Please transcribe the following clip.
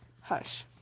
Hush